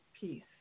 peace